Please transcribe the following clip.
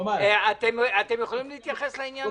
יכולים לקחת את הפרטים.